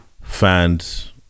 fans